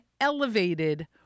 elevated